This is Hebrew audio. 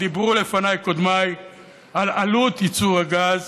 ודיברו לפני קודמיי על עלות ייצור הגז